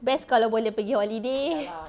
best kalau boleh pergi holiday